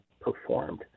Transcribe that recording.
performed